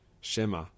Shema